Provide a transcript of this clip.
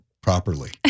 properly